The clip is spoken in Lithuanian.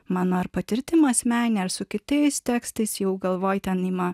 mano ar patirtim asmenine ar su kitais tekstais jau galvoj ten ima